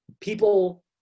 people